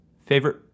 favorite